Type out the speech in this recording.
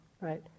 right